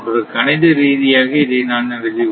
கணித ரீதியாக இதை நான் எழுதியுள்ளேன்